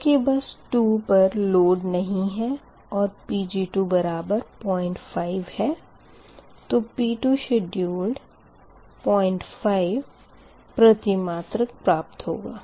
चुकी बस 2 पर लोड नही है और Pg2 बराबर 05 है तो P2 शेडयूलड 05 परती मात्रक प्राप्त होगा